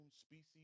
species